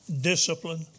discipline